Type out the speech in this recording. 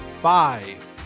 five